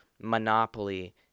monopoly